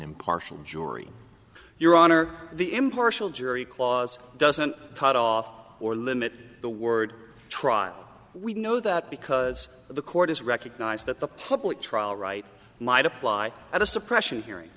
impartial jury your honor the impartial jury clause doesn't cut off or limit the word trial we know that because the court has recognized that the public trial right might apply at a suppression hearing